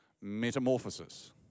Metamorphosis